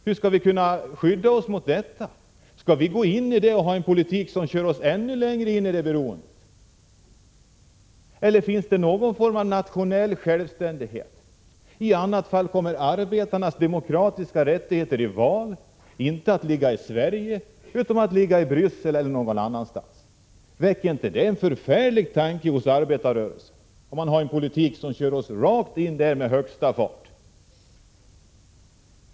Hur skall vi kunna skydda oss mot detta? Skall vi ha en politik som kör oss ännu längre in i ett beroende, eller finns det någon form av nationell självständighet? I annat fall kommer arbetarnas demokratiska rättigheter i val att ligga inte i Sverige utan i Bryssel eller någon annanstans. Väcker inte det en förfärlig tanke hos arbetarrörelsen, om Sverige skulle föra en politik som med högsta fart kör oss rakt in i ett beroende?